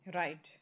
right